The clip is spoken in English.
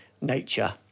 nature